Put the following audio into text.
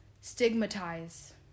stigmatize